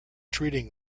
treating